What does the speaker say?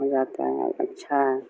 ہو جاتا ہے اچھا